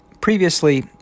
previously